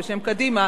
בשם קדימה,